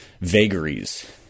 vagaries